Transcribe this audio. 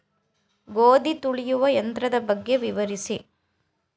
ಗೋಧಿ ತುಳಿಯುವ ಯಂತ್ರದ ಬಗ್ಗೆ ವಿವರಿಸಿ?